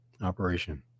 operation